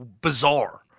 bizarre